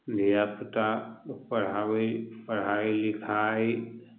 धिआपुता पढ़ाबै पढ़ाइ लिखाइ